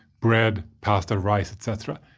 bread, pasta, rice etc.